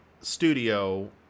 Studio